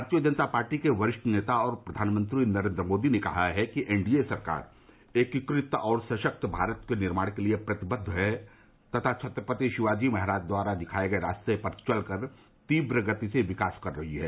भारतीय जनता पार्टी के वरिष्ठ नेता और प्रधानमंत्री नरेंद्र मोदी ने कहा है कि एनडीए सरकार एकीकृत और सशक्त भारत के निर्माण के लिए प्रतिबद्व है तथा छत्रपति शिवाजी महाराज द्वारा दिखाए गए रास्ते पर चल कर तीव्र गति से विकास कर रही है